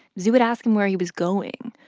zhu would ask him where he was going.